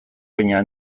baina